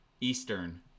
eastern